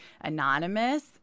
anonymous